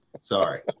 sorry